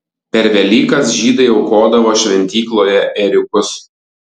per velykas žydai aukodavo šventykloje ėriukus